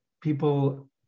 people